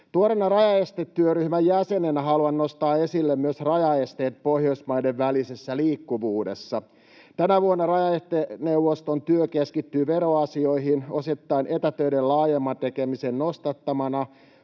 Tuoreena rajaestetyöryhmän jäsenenä haluan nostaa esille myös rajaesteet Pohjoismaiden välisessä liikkuvuudessa. Tänä vuonna rajaesteneuvoston työ keskittyy veroasioihin — osittain etätöiden laajemman tekemisen nostattamana